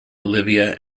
olivia